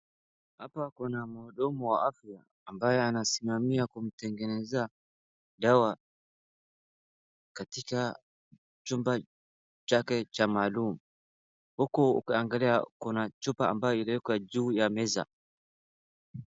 Hapa kuna mhudumu wa afya ambaye anasimamia kumtengenezea dawa katika chumba chake cha maalum. Huku ukiangalia kuna chupa ambayo iliwekwa juu ya meza.